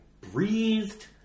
breathed